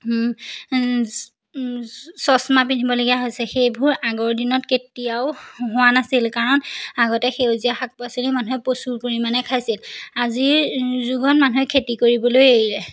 চচমা পিন্ধিবলগীয়া হৈছে সেইবোৰ আগৰ দিনত কেতিয়াও হোৱা নাছিল কাৰণ আগতে সেউজীয়া শাক পাচলি মানুহে প্ৰচুৰ পৰিমাণে খাইছিল আজিৰ যুগত মানুহে খেতি কৰিবলৈ এৰিলে